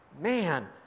man